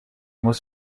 muss